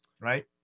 right